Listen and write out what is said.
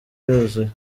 yuzuye